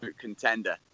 contender